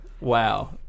Wow